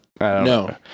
no